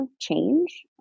change